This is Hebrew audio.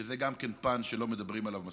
שזה גם כן פן שלא מדברים עליו מספיק.